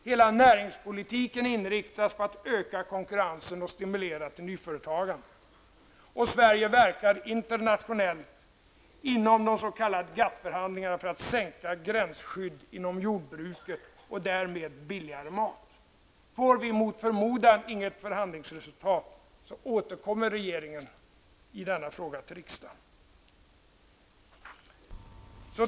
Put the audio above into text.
Hela näringspolitiken inriktas på att öka konkurrensen och stimulera till nyföretagande. Sverige verkar internationellt inom de s.k. GATT förhandlingarna för att sänka gränsskyddet inom jordbruket, så att vi därmed får billigare mat. Får vi mot förmodan inget förhandlingsresultat, återkommer regeringen i denna fråga till riksdagen.